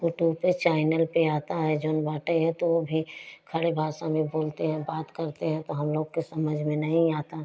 YouTube पे channel पे आता है जोन बाटें हैं तो भी खड़ी भाषा में बोलते हैं बात करते हैं तो हम लोग के समझ में नहीं आता